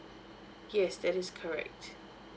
yes that is correct